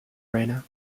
rainier